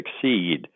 succeed